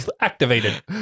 activated